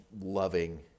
loving